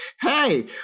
hey